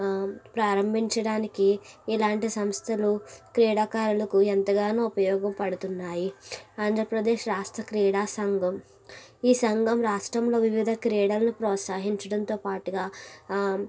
ప్రారంభించడానికి ఇలాంటి సంస్థలు క్రీడాకారులకు ఎంతగానో ఉపయోగపడుతున్నాయి ఆంధ్రప్రదేశ్ రాష్ట్ర క్రీడా సంఘం ఈ సంఘం రాష్ట్రంలో వివిధ క్రీడలను ప్రోత్సాహించడంతో పాటుగా